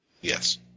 Yes